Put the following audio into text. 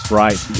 right